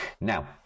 now